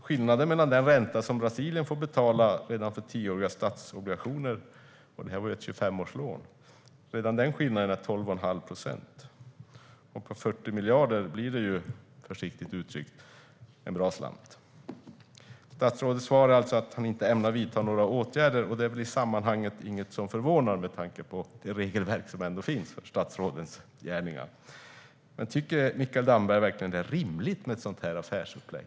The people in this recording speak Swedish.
Skillnaden mot den ränta som Brasilien får betala redan för tioåriga statsobligationer är ca 12,5 procent, och det är ett 25-årslån vi talar om här. På 40 miljarder blir det ju, försiktigt uttryckt, en slant. Statsrådets svar är alltså att han inte ämnar vidta några åtgärder, och det är väl i sammanhanget inget som förvånar, med tanke på det regelverk som finns när det gäller statsråds gärningar. Men tycker Mikael Damberg verkligen att det är rimligt med ett sådant här affärsupplägg?